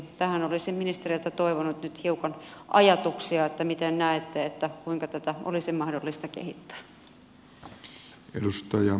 tähän olisin ministeriltä toivonut nyt hiukan ajatuksia miten näette kuinka tätä olisi mahdollista kehittää